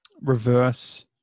reverse